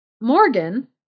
morgan